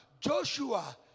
Joshua